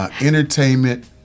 entertainment